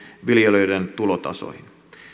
viljelijöiden tulotasoihin